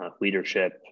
leadership